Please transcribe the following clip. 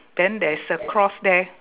then there's a cross there